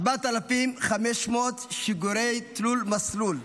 4,500 שיגורי תלול מסלול,